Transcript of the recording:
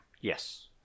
Yes